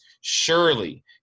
Surely